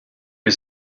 was